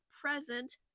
present